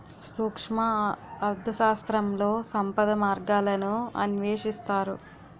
సూక్ష్మ అర్థశాస్త్రంలో సంపద మార్గాలను అన్వేషిస్తారు